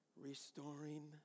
restoring